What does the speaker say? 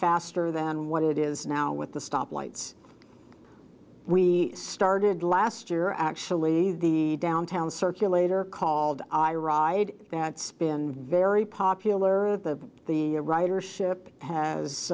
faster than what it is now with the stoplights we started last year actually the downtown circulator called i ride that spin very popular the the ridership has